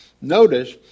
Notice